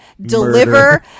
deliver